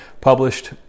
published